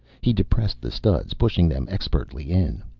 he depressed the studs, pushing them expertly in.